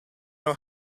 know